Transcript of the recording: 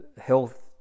health